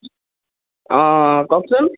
অঁ কওকচোন